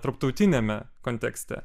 tarptautiniame kontekste